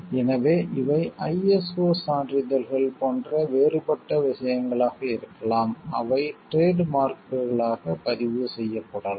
எனவே இவை ஐஎஸ்ஓ சான்றிதழ்கள் போன்ற வேறுபட்ட விஷயங்களாக இருக்கலாம் அவை டிரேட் மார்க்களாகப் பதிவு செய்யப்படலாம்